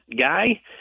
guy